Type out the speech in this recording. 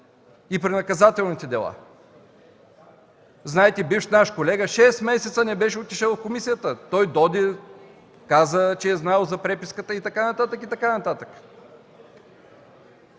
и при наказателните дела. Знаете, че бивш наш колега шест месеца не беше отишъл в комисията. Той дойде, каза, че е знаел за преписката и така нататък,